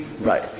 right